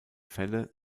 fälle